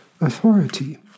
authority